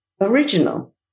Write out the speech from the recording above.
original